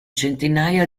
centinaia